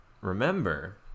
remember